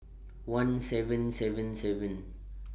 one seven seven seven